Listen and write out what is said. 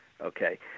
Okay